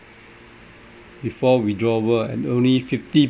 before withdrawal and only fifty